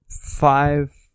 five